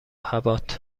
حباط